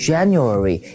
January